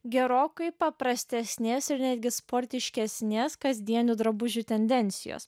gerokai paprastesnės ir netgi sportiškesnės kasdienių drabužių tendencijos